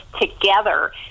together